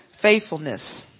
Faithfulness